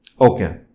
Okay